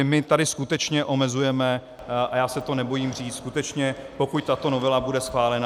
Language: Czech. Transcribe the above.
My tady skutečně omezujeme, a já se to nebojím říct, pokud tato novela bude schválena